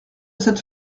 cette